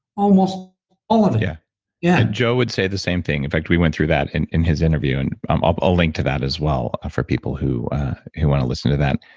almost all of it yeah yeah and joe would say the same thing, in fact we went through that in in his interview, and i'm upholding to that as well for people who who want to listen to that.